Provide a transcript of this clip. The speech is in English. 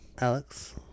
Alex